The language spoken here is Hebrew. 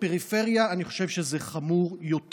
בפריפריה אני חושב שזה חמור יותר.